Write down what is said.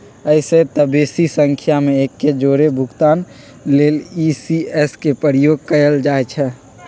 अइसेए तऽ बेशी संख्या में एके जौरे भुगतान लेल इ.सी.एस के प्रयोग कएल जाइ छइ